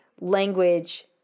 language